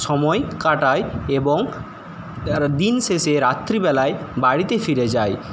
সময় কাটাই এবং দিন শেষে রাত্রিবেলাই বাড়িতে ফিরে যাই